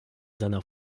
seiner